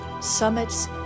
summits